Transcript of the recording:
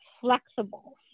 flexible